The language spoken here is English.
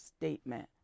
statement